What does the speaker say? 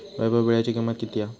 वैभव वीळ्याची किंमत किती हा?